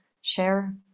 share